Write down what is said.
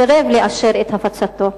סירב לאשר את הפצתו.